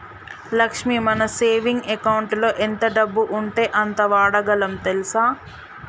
లక్ష్మి మన సేవింగ్ అకౌంటులో ఎంత డబ్బు ఉంటే అంత వాడగలం తెల్సా